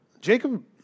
Jacob